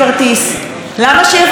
זה סכום שהוא מסליק הצידה,